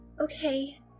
Okay